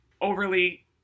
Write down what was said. overly